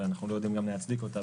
ואנחנו לא יודעים גם להצדיק אותה,